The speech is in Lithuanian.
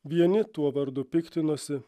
vieni tuo vardu piktinosi